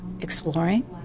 exploring